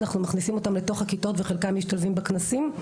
אנחנו מכניסים אותם לתוך הכיתות וחלקם משתלבים בכנסים,